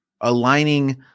aligning